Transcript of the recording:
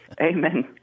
Amen